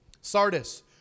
Sardis